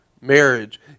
marriage